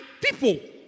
people